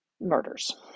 murders